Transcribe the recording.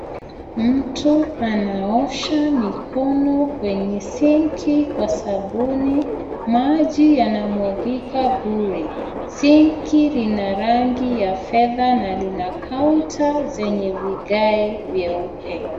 Mtu anaosha mikono kwenye sink kwa sabuni. Maji yanamwagika bure. Sink lina rangi ya fedha na lina counter zenye vigae vyeupe.